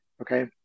okay